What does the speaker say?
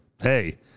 hey